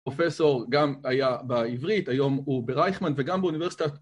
פרופסור גם היה בעברית, היום הוא ברייכמן וגם באוניברסיטת